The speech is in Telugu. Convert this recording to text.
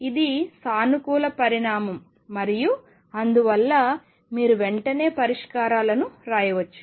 ఇది సానుకూల పరిమాణం మరియు అందువల్ల మీరు వెంటనే పరిష్కారాలను వ్రాయవచ్చు